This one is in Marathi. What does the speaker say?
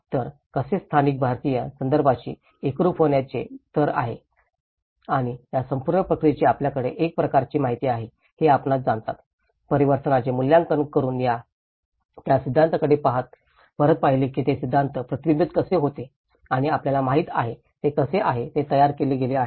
तर कसे स्थानिक भारतीय संदर्भाशी एकरूप होण्याचे स्तर कसे आहे आणि या संपूर्ण प्रक्रियेची आपल्याकडे कशी माहिती आहे हे आपण जाणता परिवर्तनाचे मूल्यांकन करुन त्या सिद्धांताकडे परत पाहिले की ते सिद्धांत प्रतिबिंबित कसे होते आणि आपल्याला माहित आहे ते कसे आहे ते तयार केले गेले आहे